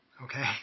Okay